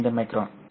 5 micron